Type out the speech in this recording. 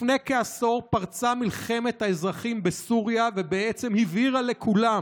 לפני כעשור פרצה מלחמת האזרחים בסוריה ובעצם הבהירה לכולם,